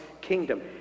kingdom